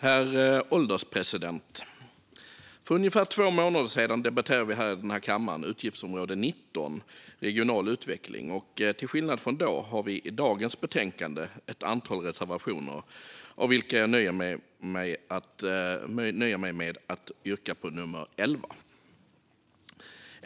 Herr ålderspresident! För ungefär två månader sedan debatterade vi här i kammaren utgiftsområde 19 om regional utveckling. Till skillnad från då har vi i dagens betänkande ett antal reservationer, men jag nöjer mig med att yrka bifall till reservation 11.